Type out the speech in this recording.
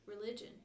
religion